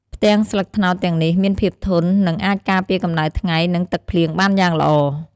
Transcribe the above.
ផ្ទាំងស្លឹកត្នោតទាំងនេះមានភាពធន់ និងអាចការពារកម្ដៅថ្ងៃ និងទឹកភ្លៀងបានយ៉ាងល្អ។